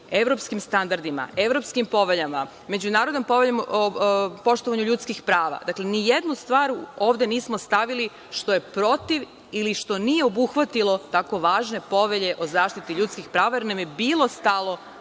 evropskim standardima, evropskim poveljama, Međunarodnom poveljom o poštovanju ljudskih prava, dakle, nijednu stvar ovde nismo stavili što je protiv ili što nije obuhvatilo tako važne povelje o zaštiti ljudskih prava, jer nam je bilo stalo